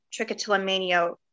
trichotillomania